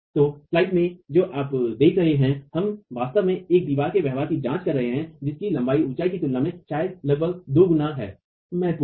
तो स्लाइड्स में जो आप देख रहे हैं हम वास्तव में एक दीवार के व्यवहार की जांच कर रहे हैं जिसकी लंबाई ऊंचाई की तुलना में शायद लगभग दो गुना है महत्वपूर्ण है